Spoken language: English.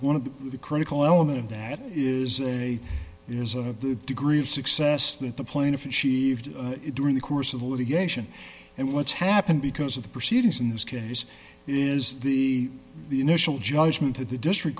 one of the critical element of that is a is a degree of success that the plaintiff and she do in the course of the litigation and what's happened because of the proceedings in this case is the initial judgment that the district